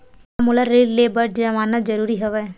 का मोला ऋण ले बर जमानत जरूरी हवय?